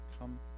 come